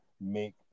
make